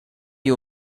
you